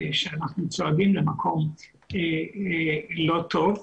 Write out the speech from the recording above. אנחנו צועדים למקום לא טוב.